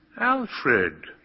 Alfred